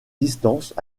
distances